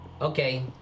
okay